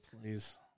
Please